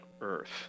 Earth